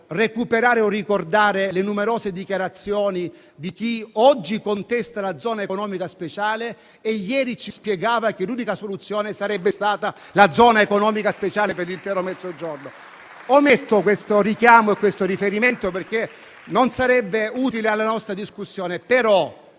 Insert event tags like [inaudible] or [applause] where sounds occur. recuperare o ricordare le numerose dichiarazioni di chi oggi contesta la zona economica speciale e ieri ci spiegava che essa sarebbe stata l'unica soluzione per l'intero Mezzogiorno. [applause] Ometto questo richiamo, questo riferimento perché non sarebbe utile alla nostra discussione.